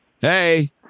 Hey